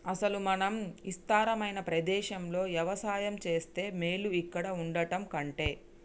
అసలు మనం ఇస్తారమైన ప్రదేశంలో యవసాయం సేస్తే మేలు ఇక్కడ వుండటం కంటె